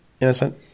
innocent